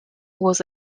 was